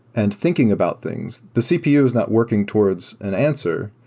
and thinking about things, the cpu is not working towards an answer.